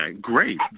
great